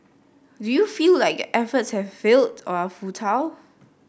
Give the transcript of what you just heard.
do you feel like efforts have failed or are futile